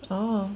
oh